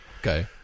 Okay